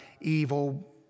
evil